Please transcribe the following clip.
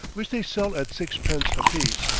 which they sell at six-pence apiece,